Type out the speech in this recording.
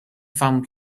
fun